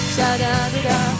Sha-da-da-da